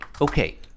Okay